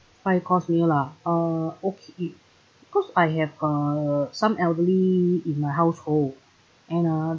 five course meal lah uh okay because I have uh some elderly in my household and uh